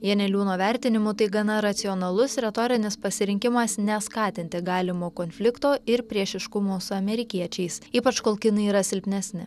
janeliūno vertinimu tai gana racionalus retorinis pasirinkimas neskatinti galimo konflikto ir priešiškumo su amerikiečiais ypač kol kinai yra silpnesni